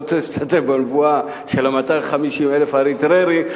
לא רוצה להשתתף בנבואה של 250,000 האריתריאים,